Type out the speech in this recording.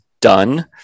done